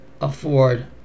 afford